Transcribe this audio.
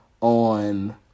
on